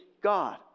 God